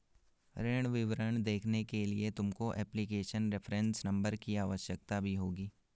ऋण विवरण देखने के लिए तुमको एप्लीकेशन रेफरेंस नंबर की आवश्यकता भी होगी